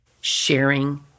sharing